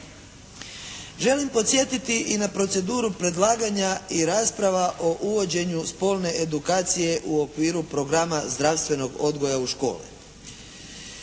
Želim podsjetiti i na proceduru predlaganja i rasprava o uvođenju spolne edukacije u okviru programa zdravstvenog odgoja u školi.